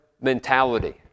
mentality